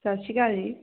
ਸਤਿ ਸ਼੍ਰੀ ਅਕਾਲ ਜੀ